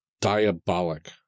diabolic